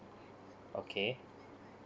okay